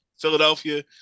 Philadelphia